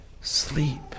sleep